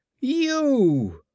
You